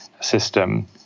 system